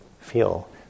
feel